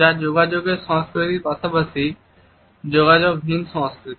যা যোগাযোগের সংস্কৃতির পাশাপাশি যোগাযোগহীন সংস্কৃতি